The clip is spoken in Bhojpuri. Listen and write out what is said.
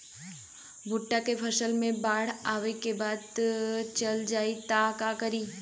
भुट्टा के फसल मे बाढ़ आवा के बाद चल जाई त का करी?